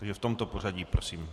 Takže v tomto pořadí prosím.